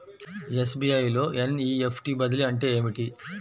SBI లో NEFT బదిలీ అంటే ఏమిటి?